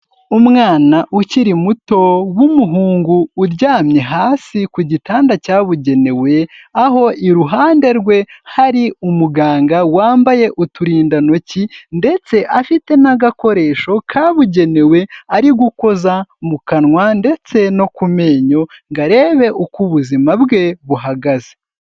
Umwana ukiri muto w'umuhungu uryamye hasi ku gitanda cyabugenewe, aho iruhande rwe hari umuganga wambaye uturindantoki ndetse afite n'agakoresho kabugenewe ari gukoza mu kanwa ndetse no ku menyo, ngo arebe uko ubuzima bwe buhagaze.